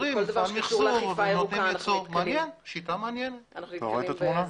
שיטה מעניינת.